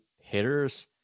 hitters